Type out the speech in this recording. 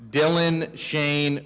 dylan shane